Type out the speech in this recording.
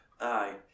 Aye